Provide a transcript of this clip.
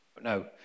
No